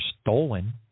stolen